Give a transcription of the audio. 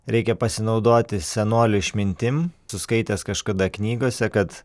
reikia pasinaudoti senolių išmintim esu skaitęs kažkada knygose kad